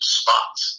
spots